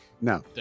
No